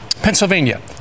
Pennsylvania